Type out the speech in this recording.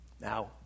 Now